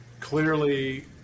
clearly